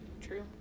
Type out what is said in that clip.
True